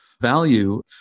value